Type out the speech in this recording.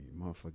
Motherfucker